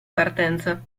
partenza